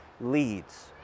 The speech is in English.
leads